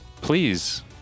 please